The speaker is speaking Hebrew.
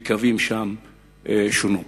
וקווים שם שונו.